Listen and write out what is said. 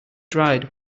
dried